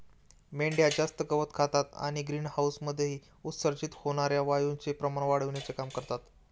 मेंढ्या जास्त गवत खातात आणि ग्रीनहाऊसमधून उत्सर्जित होणार्या वायूचे प्रमाण वाढविण्याचे काम करतात